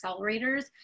accelerators